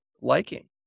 liking